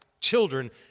children